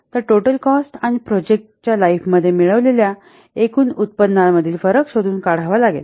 तर total cost आणि project च्या लाईफमध्ये मिळवलेल्या एकूण उत्पन्नामधील फरक शोधून काढावा लागेल